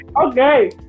Okay